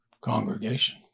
congregation